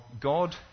God